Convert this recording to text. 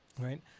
right